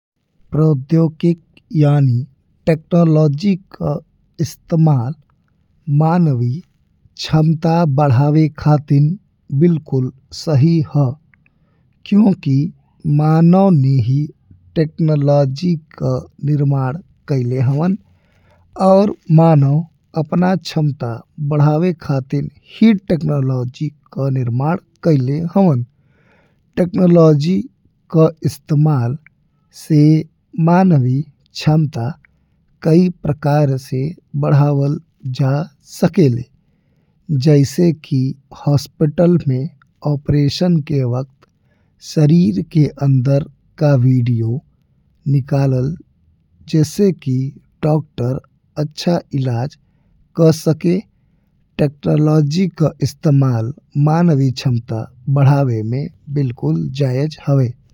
प्रौद्योगिकी यानी टेक्नोलॉजी का इस्तेमाल मानवी क्षमता बढ़ावे खातिर बिलकुल सही हवे। क्योंकि मानव ने ही टेक्नोलॉजी का निर्माण कईले हवन और मानव अपना क्षमता बढ़ावे खातिर ही टेक्नोलॉजी का निर्माण कईले हवन। टेक्नोलॉजी का इस्तेमाल से मानवी क्षमता कई प्रकार से बढ़ावल जा सकेले। जइसे कि अस्पताल में ऑपरेशन के वक्त शरीर के अंदर का वीडियो निकालल जी से कि डॉक्टर अच्छा इलाज कर सके, टेक्नोलॉजी का इस्तेमाल मानवी क्षमता बढ़ावे में बिलकुल जायज हवे।